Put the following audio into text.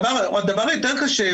הדבר היותר קשה,